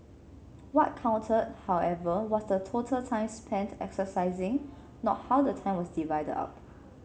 what counted however was the total time spent exercising not how the time was divided up